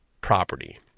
property